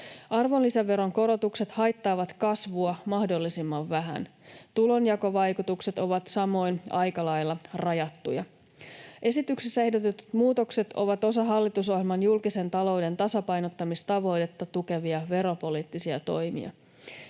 Arvonlisäveron korotukset haittaavat kasvua mahdollisimman vähän. Tulonjakovaikutukset ovat samoin aika lailla rajattuja. Esityksessä ehdotetut muutokset ovat osa hallitusohjelman julkisen talouden tasapainottamistavoitetta tukevia veropoliittisia toimia.